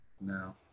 No